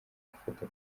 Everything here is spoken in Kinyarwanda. afata